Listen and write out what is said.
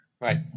right